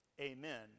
amen